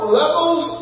levels